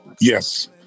Yes